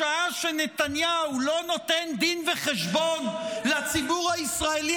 בשעה שנתניהו לא נותן דין וחשבון לציבור הישראלי